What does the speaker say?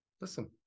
Listen